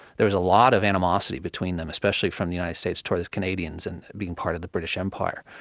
there was a lot of animosity between them, especially from the united states towards canadians and being part of the british empire.